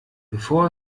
bevor